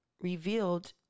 revealed